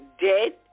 dead